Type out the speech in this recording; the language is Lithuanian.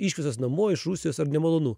iškviestas namo iš rusijos ar nemalonu